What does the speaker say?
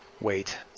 wait